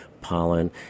pollen